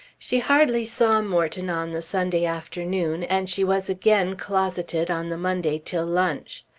she hardly saw morton on the sunday afternoon, and she was again closeted on the monday till lunch.